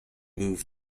moved